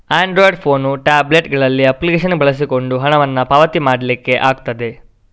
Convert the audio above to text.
Android phone, tablet ಗಳಲ್ಲಿ application ಬಳಸಿಕೊಂಡು ಹಣವನ್ನ ಪಾವತಿ ಮಾಡ್ಲಿಕ್ಕೆ ಆಗ್ತದೆ